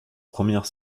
première